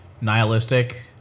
nihilistic